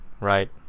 Right